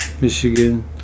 Michigan